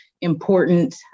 important